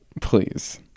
Please